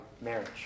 marriage